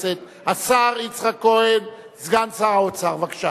השר יצחק כהן, סגן שר האוצר, בבקשה.